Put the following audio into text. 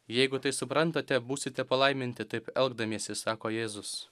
jeigu tai suprantate būsite palaiminti taip elgdamiesi sako jėzus